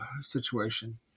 situation